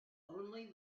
only